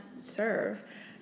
serve